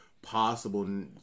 Possible